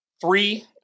three